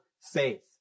faith